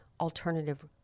alternative